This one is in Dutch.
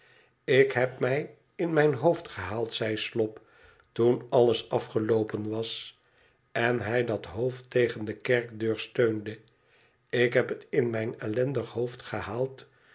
tik heb mij in mijn hoofd gehaald zei slop toen alles afgeloopen was en hij dat hoofd tegen de kerkdeur steunde ik heb het in mijn ellendig hoofd gehaald